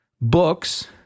books